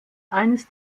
eines